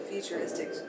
Futuristic